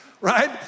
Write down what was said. right